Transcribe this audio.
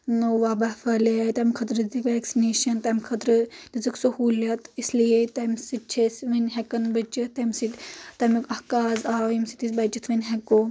نوٚو وباہ پھہلیٚیاے تمہِ خٲطرٕ تہِ ویکسنیشن تمہِ خٲطرٕ دِژکھ سہولیت اس لیے تمہِ سۭتۍ چھِ أسۍ وُنہِ ہیٚکان بٔچتھ تمہِ سۭتۍ تمیُک اکھ کاز آو ییٚمہِ سۭتۍ أسۍ بٔچتھ وۄنۍ ہیٚکو